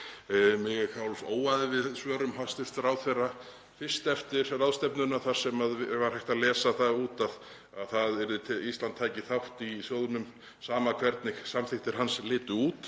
Mig óaði við svörum hæstv. ráðherra fyrst eftir ráðstefnuna þar sem var hægt að lesa út úr þeim að Ísland tæki þátt í sjóðnum, sama hvernig samþykktir hans litu út.